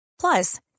Plus